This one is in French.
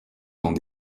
dans